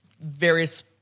various